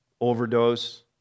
Overdose